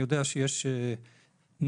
אני יודע שיש נוהל,